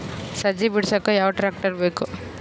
ಸಜ್ಜಿ ಬಿಡಸಕ ಯಾವ್ ಟ್ರ್ಯಾಕ್ಟರ್ ಬೇಕು?